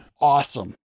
Awesome